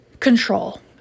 control